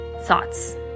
thoughts